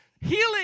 healing